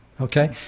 Okay